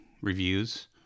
reviews